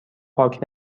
پاک